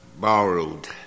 Borrowed